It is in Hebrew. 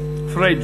פריג'.